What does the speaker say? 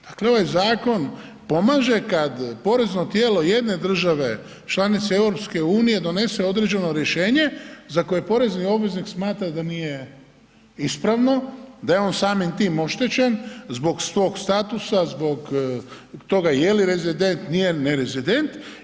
Dakle ovaj zakon pomaže kad porezno tijelo jedne države članice EU donese određeno rješenje za koje porezni obveznik smatra da nije ispravno, da je on samim time oštećen, zbog svog statusa, zbog toga je li rezident, nije, nerezident.